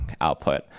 output